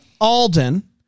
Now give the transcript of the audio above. Alden